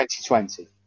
2020